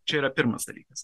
čia yra pirmas dalykas